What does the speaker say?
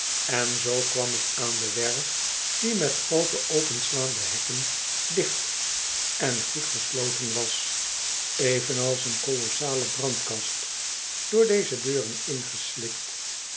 en zoo kwam ik aan de werf die met groote openslaande hekken dicht en goed gesloten was evenals een kolossale brandkast door deze deuren ingeslikt